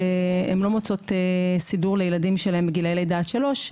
שהן לא מוצאות סידור לילדים שלהן בגילאי לידה עד שלוש,